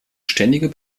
ständiger